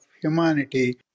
humanity